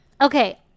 okay